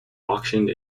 auctioned